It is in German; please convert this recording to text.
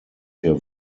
wir